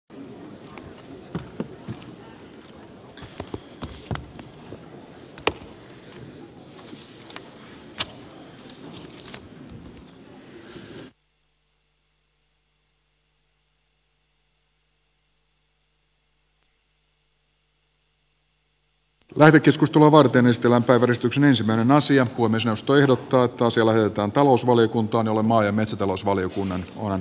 puhemiesneuvosto ehdottaa että asia kuin myös jaosto ehdottaa toiselle lähetetään talousvaliokuntaan jolle maa ja metsätalousvaliokunnan on annettava lausunto